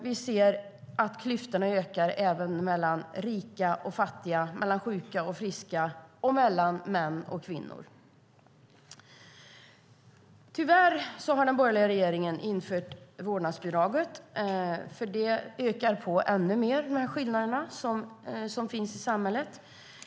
Vi ser även att klyftorna ökar mellan rika och fattiga, mellan sjuka och friska och mellan män och kvinnor. Tyvärr har den borgerliga regeringen infört vårdnadsbidraget som ännu mer ökar de skillnader som finns i samhället.